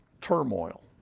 turmoil